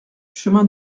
chemin